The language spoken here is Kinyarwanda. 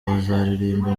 bazaririmba